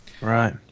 Right